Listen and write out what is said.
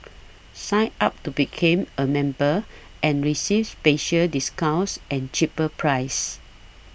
sign up to became a member and receives special discounts and cheaper prices